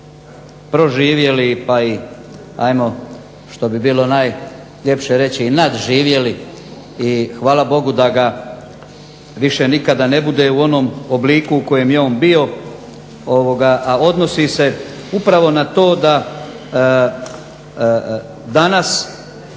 hvala Bogu da ga više nikada ne bude u onom obliku u kojem je on bio. A odnosi se upravo na to da danas